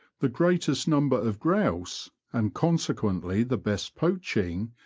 the greatest number of grouse, and con sequently the best poaching,